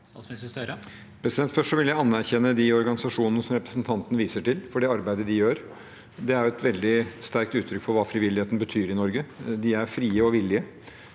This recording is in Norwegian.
Statsminister Jonas Gahr Støre Først vil jeg anerkjenne de organisasjonene som representanten viser til, for det arbeidet de gjør. Det er et veldig sterkt uttrykk for hva frivilligheten betyr i Norge. De er frie og villige.